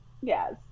Yes